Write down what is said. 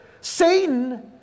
Satan